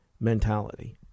mentality